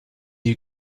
you